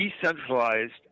Decentralized